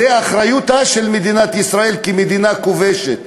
זו אחריותה של מדינת ישראל כמדינה כובשת.